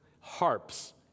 harps